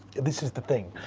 this is the thing,